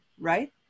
right